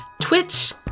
Twitch